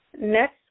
next